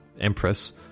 empress